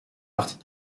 partie